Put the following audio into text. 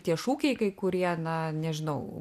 tie šūkiai kai kurie na nežinau